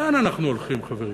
לאן אנחנו הולכים, חברים?